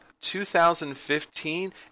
2015